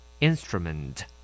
Instrument